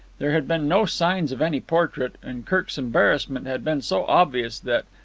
there had been no signs of any portrait, and kirk's embarrassment had been so obvious that,